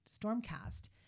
stormcast